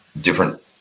different